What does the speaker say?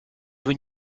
when